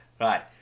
Right